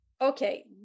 okay